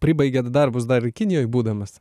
pribaigėt darbus dar kinijoj būdamas